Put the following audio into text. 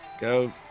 go